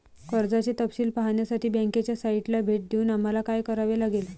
कर्जाचे तपशील पाहण्यासाठी बँकेच्या साइटला भेट देऊन आम्हाला काय करावे लागेल?